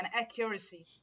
accuracy